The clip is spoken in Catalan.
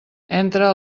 entra